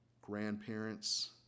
grandparents